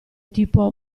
tipo